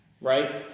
Right